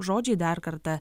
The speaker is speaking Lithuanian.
žodžiai dar kartą